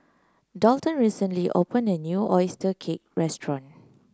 Dalton recently opened a new oyster cake restaurant